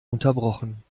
unterbrochen